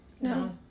No